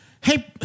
hey